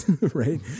right